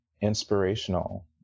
inspirational